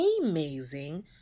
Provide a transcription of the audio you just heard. amazing